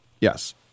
Yes